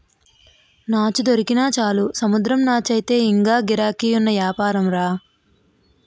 నాచు దొరికినా చాలు సముద్రం నాచయితే ఇంగా గిరాకీ ఉన్న యాపారంరా